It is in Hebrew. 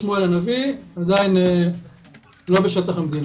לגבי קבר שמואל הנביא, עדין לא בשטח המדינה.